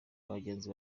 abagenzi